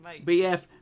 BF